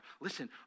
Listen